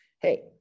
hey